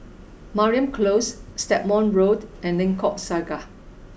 Mariam Close Stagmont Road and Lengkok Saga